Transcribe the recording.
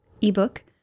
ebook